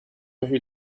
who